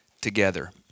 together